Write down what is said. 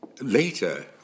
later